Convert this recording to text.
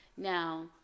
Now